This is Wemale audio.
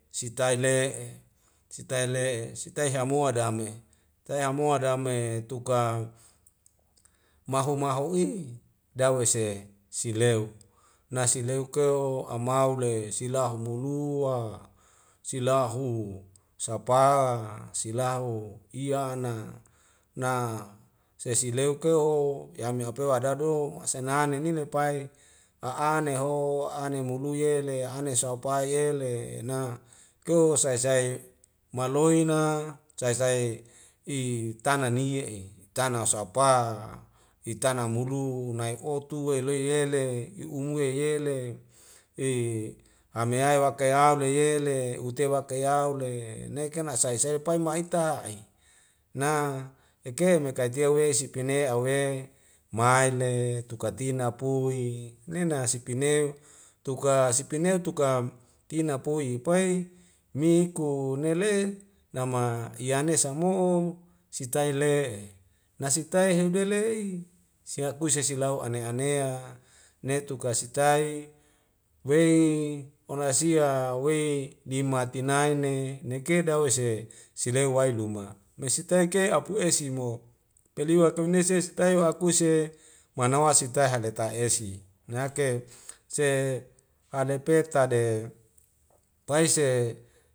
Sitae le'e sitaele'e sitae hamo'a dame sitae hamoa dame tuka maho maho i dawese sileu nasileuk keu amaule silau humulua silahu sapa silahu iyana na sesileuk keu ho yame ape wadado masenane ni lepai a'ane neho ane moluyele ane saupayele na keu sae sae maloi na sae sae i tana niye'e tana sapa itana mulu nae oto weleyele i'umue yele e hamiyae wakeyau yele utei waka yaule neiken asai sai pai ma'ita'e na eke maikaitia wesi ipene awe maile tuka tina pui nena sipeneu tuka sipeneu tuka tina pui pai mikunele nama yani samo'o sitae le'e na sitai heduwe le'e sehakuse silau ane anea netuka sitai wei ona sia wei dimatinaene neke dawese sileu wailuma mesiteike apu esi mo peliwa kuinesi nesitai wa akuse manawa sitai hale ta esi nake se halepetade paise